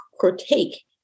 partake